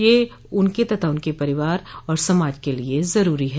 यह उनके तथा उनके परिवार और समाज के लिये जरूरी है